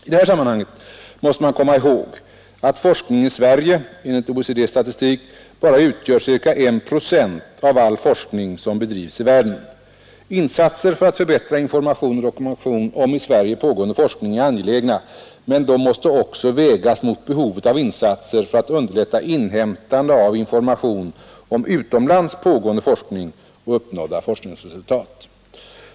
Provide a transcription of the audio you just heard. I det här sammanhanget måste man komma ihåg att forskningen i Sverige — enligt OECD:s statistik — bara utgör ca en procent av all forskning som bedrivs i världen. Insatser för att förbättra information och dokumentation om i Sverige pågående forskning är angelägna, men de måste också vägas mot behovet av insatser för att underlätta inhämtandet av information om utomlands pågående forskning och uppnådda forskningsresultat.